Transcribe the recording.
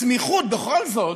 הסמיכות, בכל זאת,